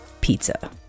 pizza